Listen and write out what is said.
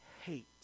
hate